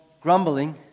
Grumbling